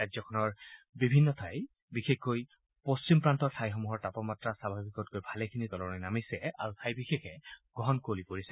ৰাজ্যখনৰ বিভিন্ন ঠাইত বিশেষকৈ পশ্চিম প্ৰান্তৰ ঠাইসমূহৰ তাপমাত্ৰা স্বাভাৱিকতকৈ ভালেখিনি তললৈ নামিছে আৰু ঠাই বিশেষে ঘন কুঁৱলী পৰিছে